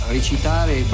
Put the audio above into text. Recitare